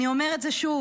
אני אומר את זה שוב,